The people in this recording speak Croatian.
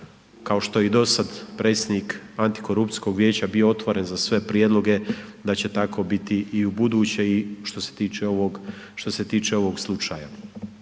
kao što je i dosad predsjednik Antikorupcijskog vijeća bio otvoren za sve prijedloge da će tako biti i ubuduće i što se tiče ovog slučaja.